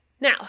Now